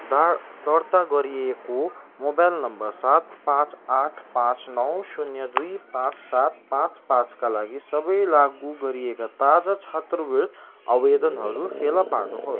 दार दर्ता गरिएको मोबाइल नम्बर सात पाँच आठ पाँच नौ शून्य दुई पाँच सात पाँच पाँचका लागि सबै लागु गरिएका ताजा छात्रवृत्त आवेदनहरू फेला पार्नुहोस्